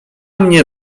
mnie